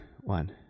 one